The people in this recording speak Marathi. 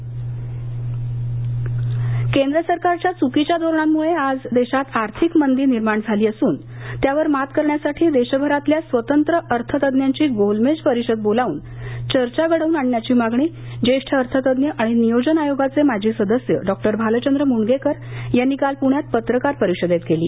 मणगेकर केंद्र सरकारच्या चुकीच्या धोरणामुळं आज देशात आर्थिक मंदी निर्माण झाली असून त्यावर मात करण्यासाठी देशभरातल्या स्वतंत्र अर्थतज्ज्ञांची गोलमेज परिषद बोलावून चर्चा घडवून आणण्याची मागणी ज्येष्ठ अर्थतज्ञ आणि नियोजन आयोगाचे माजी सदस्य डॉक्टर भालचंद्र मुणगेकर यांनी काल पुण्यात पत्रकार परिषदेत केली